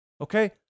Okay